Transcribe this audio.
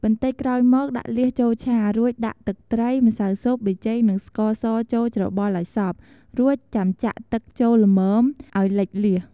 បន្តិចក្រោយមកដាក់លៀសចូលឆា រួចដាក់ទឹកត្រី ម្សៅស៊ុប ប៊ីចេង និងស្ករសចូលច្របល់ឱ្យសព្វ រួចចាំចាក់ទឹកចូលល្មមអោយលិចលៀស។